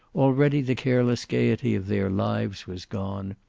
already the careless gayety of their lives was gone.